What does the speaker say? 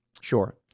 Sure